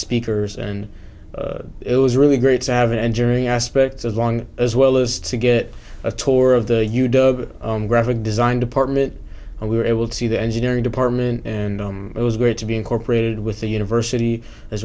speakers and it was really great to have an engineering aspect as long as well as to get a tour of the you doug graphic design department and we were able to see the engineering department and it was great to be incorporated with the university as